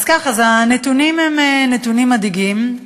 אז כך, הנתונים הם נתונים מדאיגים.